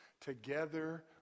Together